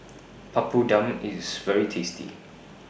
Papadum IS very tasty